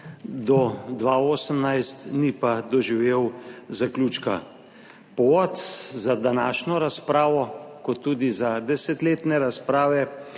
do 2018, ni pa doživel zaključka. Povod za današnjo razpravo kot tudi za desetletne razprave